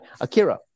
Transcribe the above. Akira